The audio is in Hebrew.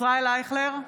(קוראת בשמות חברי הכנסת) ישראל אייכלר,